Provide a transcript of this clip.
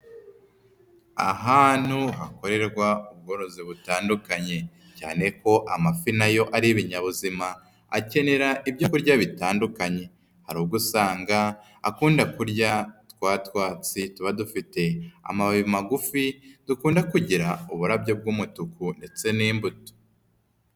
Ahantu hakorerwa ubworozi butandukanye, cyane ko amafi na yo ari ibinyabuzima, akenera ibyo kurya bitandukanye, hari ubwo usanga akunda kurya utwatsi tuba dufite amababi magufi, dukunda kugira uburabyo bw'umutuku ndetse n'imbuto.